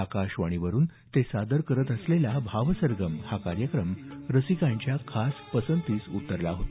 आकाशवाणीवरून ते सादर करत असलेला भावसरगम हा कार्यक्रम संगीत रसिकांच्या खास पसंतीस उतरला होता